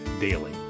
Daily